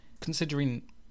considering